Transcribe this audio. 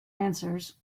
answers